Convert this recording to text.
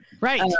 Right